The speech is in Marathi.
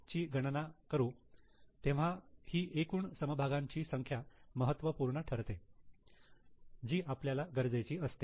ची गणना करू तेव्हा ही एकूण समभागांची संख्या महत्त्वपूर्ण ठरते जी आपल्याला गरजेची असते